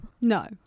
no